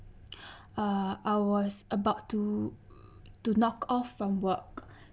uh I was about to to knock off from work